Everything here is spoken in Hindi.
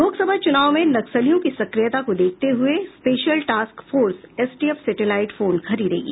लोकसभा चुनाव में नक्सलियों की सक्रियता को देखते हुये special task force STF satellite phone खरीदेगी